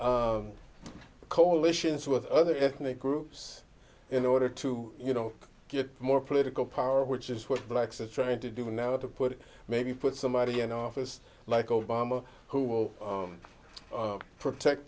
coalitions with other ethnic groups in order to you know get more political power which is what blacks are trying to do now to put maybe put somebody in office like obama who will protect